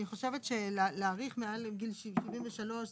אני חושבת שלהאריך מעל גיל 73,